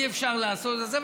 אי-אפשר לעשות את זה,